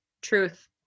truth